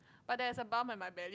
but there's a bump on my belly